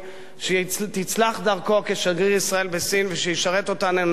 שתצלח דרכו כשגריר ישראל בסין ושישרת אותנו נאמנה,